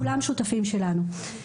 כולם שותפים שלנו.